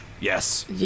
Yes